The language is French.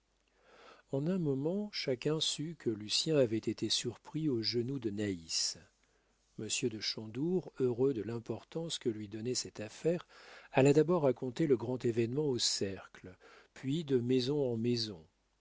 en un moment chacun sut que lucien avait été surpris aux genoux de naïs monsieur de chandour heureux de l'importance que lui donnait cette affaire alla d'abord raconter le grand événement au cercle puis de maison en maison